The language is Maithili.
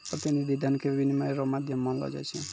प्रतिनिधि धन के विनिमय रो माध्यम मानलो जाय छै